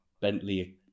Bentley